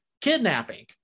kidnapping